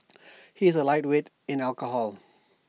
he is A lightweight in alcohol